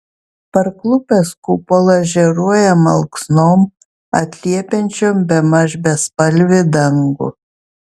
parklupęs kupolas žėruoja malksnom atliepiančiom bemaž bespalvį dangų